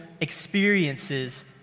experiences